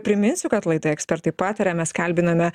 priminsiu kad laidoj ekspertai pataria mes kalbinome